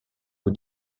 aux